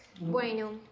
Bueno